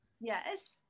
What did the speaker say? yes